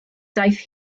daeth